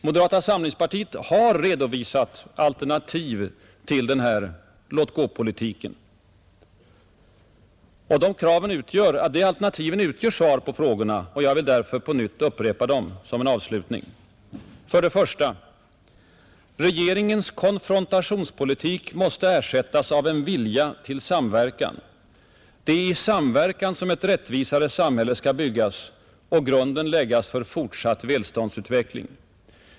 Moderata samlingspartiet har redovisat alternativ till låt-gå-politiken. De alternativen utgör svar på frågorna. Jag vill därför på nytt upprepa dem såsom en avslutning, 1. Regeringens konfrontationspolitik måste ersättas av en vilja till samverkan. Det är i samverkan som ett rättvisare samhälle skall byggas och grunden läggas för fortsatt välståndsutveckling.